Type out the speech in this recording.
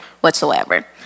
whatsoever